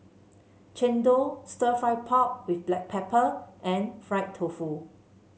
chendol stir fry pork with Black Pepper and Fried Tofu